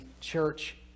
church